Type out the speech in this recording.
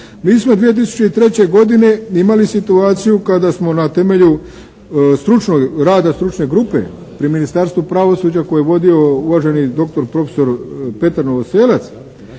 Mi smo 2003. godine imali situaciju kada smo na temelju rada stručne grupe pri Ministarstvu pravosuđa koje je vodio uvaženi doktor profesor Petar Novoselac